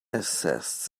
assessed